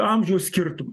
amžiaus skirtum